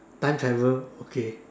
time travel okay